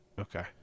Okay